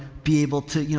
be able to, you